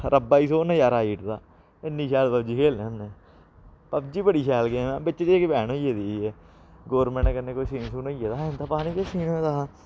रब्बा दी सोह् नज़ारा आई ओड़दा इन्नी शैल पबजी खेलने होन्ने पबजी बड़ी शैल गेम ऐ बिच्च ते गै बैन होई गेदी ही एह् गौरमैंट कन्नै कोई सीन शीन होई गेदा हा इं'दा पानी गैश सीन होए दा हा